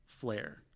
flare